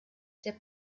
der